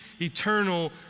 eternal